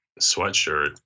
sweatshirt